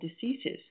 diseases